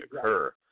occur